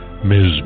Ms